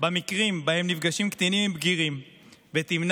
במקרים שבהם נפגשים קטינים עם בגירים ותמנע